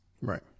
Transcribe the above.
Right